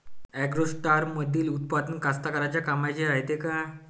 ॲग्रोस्टारमंदील उत्पादन कास्तकाराइच्या कामाचे रायते का?